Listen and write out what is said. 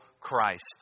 Christ